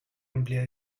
amplia